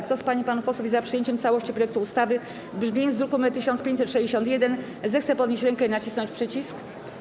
Kto z pań i panów posłów jest za przyjęciem w całości projektu ustawy w brzmieniu z druku nr 1561, zechce podnieść rękę i nacisnąć przycisk.